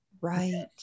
Right